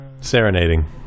Serenading